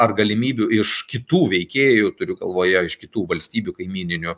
ar galimybių iš kitų veikėjų turiu galvoje iš kitų valstybių kaimyninių